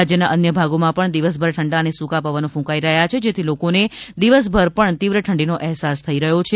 રાજ્યના અન્ય ભાગોમાં પણ દિવસભર ઠંડા અને સૂકા પવનો ક્રંકાઇ રહ્યા છે જેથી લોકોને દિવસભર પણ તીવ્ર ઠંડીનો અહેસાસ થઇ રહ્યો છે